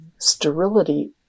Sterility